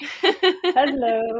Hello